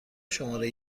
شماره